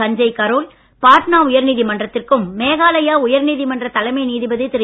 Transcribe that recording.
சஞ்சய் கரேல் பாட்னா உயர்நீதிமன்றத்திற்கும் மேகாலயா உயர்நீதிமன்ற தலைமை நீதிபதி திரு